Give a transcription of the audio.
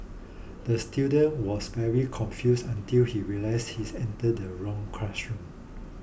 the student was very confused until he realised he's entered the wrong classroom